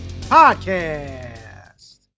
Podcast